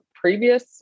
previous